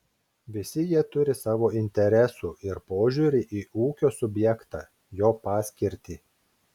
visi jie turi savo interesų ir požiūrį į ūkio subjektą jo paskirtį